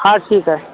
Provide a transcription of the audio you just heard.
हा ठीक आहे